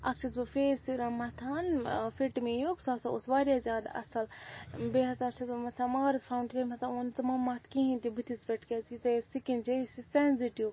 اَکھ چھیٚس بہٕ فیس سِرَم مَتھان ٲں فِٹمی یُک سُہ ہَسا اوس واریاہ زیادٕ اصٕل بیٚیہِ ہَسا چھیٚس بہٕ مَتھان مارٕس فانٛوڈیشَن تٔمۍ ہَسا ووٚن ژٕ مہٕ مَتھ کِہیٖنۍ تہِ بُتھِس پٮ۪ٹھ کیٛازِکہِ ژےٚ یۄس سِکِن چھُے یہِ چھُ سیٚنزٹِو